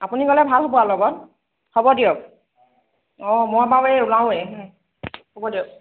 আপুনি গ'লে ভাল হ'ব আৰু লগত হ'ব দিয়ক অঁ মই বাৰু এই ওলাওয়েই হ'ব দিয়ক